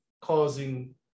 causing